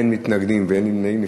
אין מתנגדים ואין נמנעים.